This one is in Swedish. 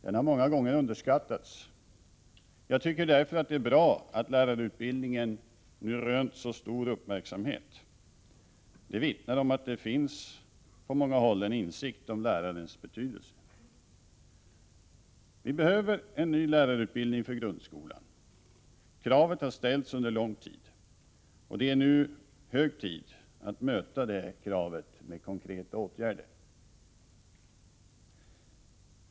Den har många gånger underskattats. Jag tycker därför att det är bra att lärarutbildningen nu rönt så stor uppmärksamhet. Det vittnar om att det på många håll finns en insikt om lärarens betydelse. Vi behöver en ny lärarutbildning för grundskolan. Kravet har ställts under lång tid. Det är nu hög tid att möta det kravet med konkreta åtgärder.